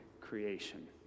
creation